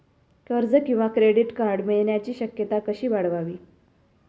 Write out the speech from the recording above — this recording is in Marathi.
कर्ज किंवा क्रेडिट कार्ड मिळण्याची शक्यता कशी वाढवावी?